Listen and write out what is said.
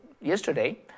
yesterday